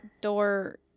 door